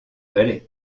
balai